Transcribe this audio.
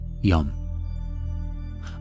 Yum